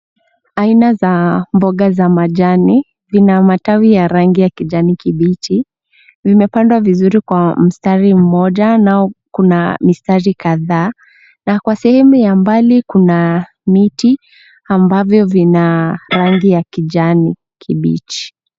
Aina za mboga za majani. Lina matawi ya rangi ya kijani kibichi. Vimepandwa vizuri kwa mstari mmoja, nao kuna mistari kadhaa, na kwa sehemu ya mbali kuna miti ambavyo vina rangi ya kijani kibichi.